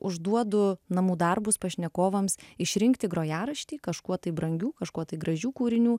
užduodu namų darbus pašnekovams išrinkti grojaraštį kažkuo tai brangių kažkuo tai gražių kūrinių